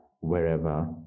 wherever